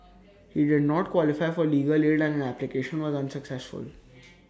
he did not qualify for legal aid and his application was unsuccessful